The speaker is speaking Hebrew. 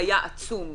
היה עצום,